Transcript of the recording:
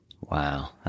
Wow